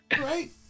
right